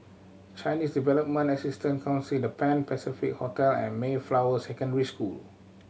Chinese Development Assistance Council The Pan Pacific Hotel and Mayflower Secondary School